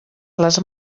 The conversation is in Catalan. les